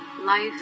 life